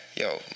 Yo